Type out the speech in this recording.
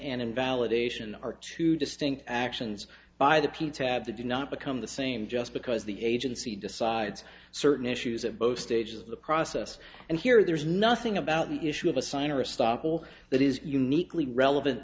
and invalidation are two distinct actions by the piece have to do not become the same just because the agency decides certain issues of both stages of the process and here there's nothing about an issue of a sign or a stop all that is uniquely relevant